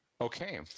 Okay